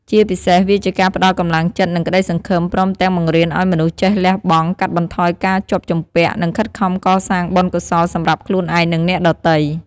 ជាពិសេស វាជាការផ្តល់កម្លាំងចិត្ត និងក្តីសង្ឃឹម ព្រមទាំងបង្រៀនឲ្យមនុស្សចេះលះបង់ កាត់បន្ថយការជាប់ជំពាក់ និងខិតខំកសាងបុណ្យកុសលសម្រាប់ខ្លួនឯង និងអ្នកដទៃ។